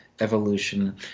evolution